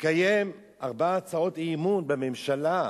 לקיים ארבע הצעות אי-אמון בממשלה.